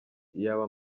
iyaba